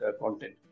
content